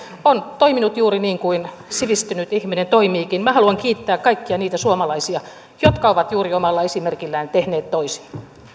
on toiminut juuri niin kuin sivistynyt ihminen toimiikin minä haluan kiittää kaikkia niitä suomalaisia jotka ovat juuri omalla esimerkillään tehneet toisin